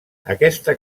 aquesta